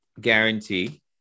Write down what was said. guarantee